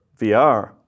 VR